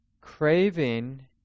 craving